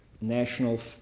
national